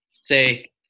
say